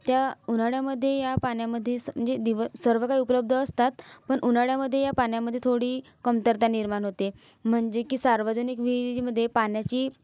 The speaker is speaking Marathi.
त्या उन्हाळ्यामध्ये ह्या पाण्यामध्ये स म्हणजे दिव सर्वकाही उपलब्ध असतात पण उन्हाळ्यामध्ये या पाण्यामध्ये थोडी कमतरता निर्माण होते म्हणजे की सार्वजनिक विहिरीमध्ये पाण्याची